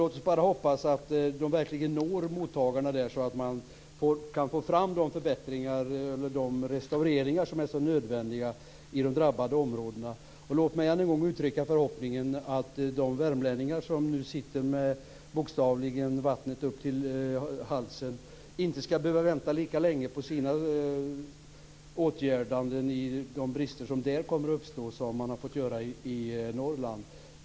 Låt oss bara hoppas att de verkligen når mottagarna där, så att man kan göra de restaureringar som är så nödvändiga i de drabbade områdena. Låt mig än en gång uttrycka förhoppningen att de värmlänningar som nu bokstavligen sitter med vattnet upp till halsen inte ska behöva vänta lika länge som man har fått göra i Norrland på att de brister som där kommer att uppstå åtgärdas.